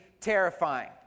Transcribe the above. terrifying